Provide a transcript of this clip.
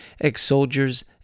ex-soldiers